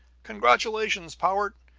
congratulations, powart!